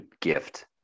gift